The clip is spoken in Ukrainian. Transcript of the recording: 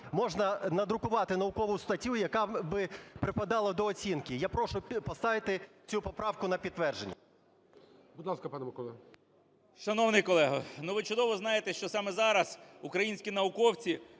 можна надрукувати наукову статтю, яка би припадала до оцінки. Я прошу поставити цю поправку на підтвердження. ГОЛОВУЮЧИЙ. Будь ласка, пане Микола. 11:40:51 КНЯЖИЦЬКИЙ М.Л. Шановний колего, ви чудово знаєте, що саме зараз українські науковці